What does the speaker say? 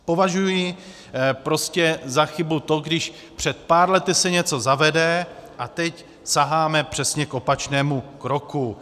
Považuji prostě za chybu to, když před pár lety se něco zavede, a teď saháme přesně k opačnému kroku.